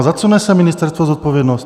Za co nese ministerstvo zodpovědnost?